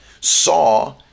saw